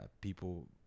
people